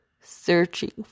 searching